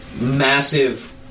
massive